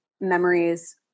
memories